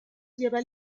lleva